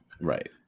Right